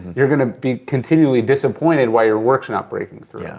you're gonna be continually disappointed why your work's not breaking through. yeah,